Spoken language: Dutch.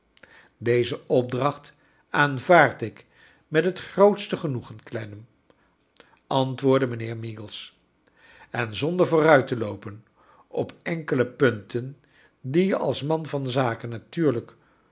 doze opdracht aanvaard ik met het grootste genoegen clennam antwoordde mijnheer meagles en zonder vooruit te loopen op enkele punten die je als man van zaken natuurlijk